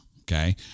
Okay